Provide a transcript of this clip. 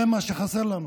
זה מה שחסר לנו.